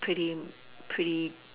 pretty pretty